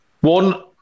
One